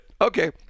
Okay